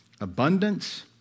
abundance